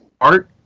art